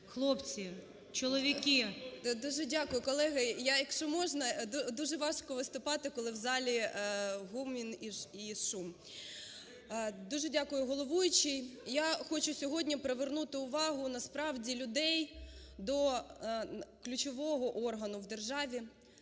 СОТНИК О.С. Дуже дякую. Колеги, я, якщо можна, дуже важко виступати, коли в залі гомін і шум. Дуже дякую головуючій. Я хочу сьогодні привернути увагу насправді людей до ключового органу в державі,